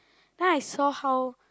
then I saw how